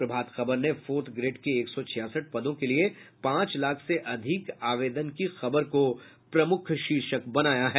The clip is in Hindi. प्रभात खबर ने फोर्थ ग्रेड के एक सौ छियासठ पदों के लिए पांच लाख से अधिक आवेदन की खबर को प्रमुख शीर्षक बनाया है